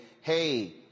hey